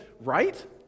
right